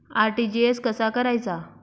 RTGS कसा करायचा?